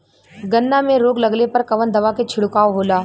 गन्ना में रोग लगले पर कवन दवा के छिड़काव होला?